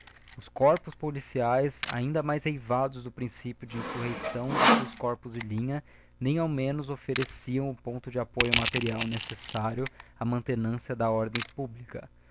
os corpos policiaes ainda mais eivados do principio de insurreição do que os corpos de linha nem ao menos oflfereciam o digiti zedby google ponto de apoio material necessário á raantença da or dem publica